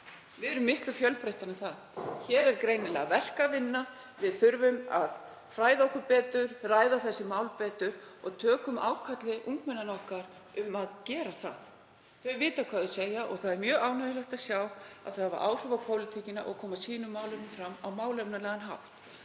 Við erum miklu fjölbreyttari en það. Hér er greinilega verk að vinna. Við þurfum að fræða okkur betur og ræða þessi mál betur. Tökum ákalli ungmennanna okkar um að gera það. Þau vita hvað þau segja og það er mjög ánægjulegt að sjá að þau hafi áhrif á pólitíkina og komi sínum málum fram á málefnalegan hátt.